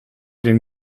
den